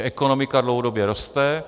Ekonomika dlouhodobě roste.